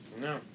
No